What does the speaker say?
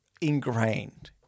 ingrained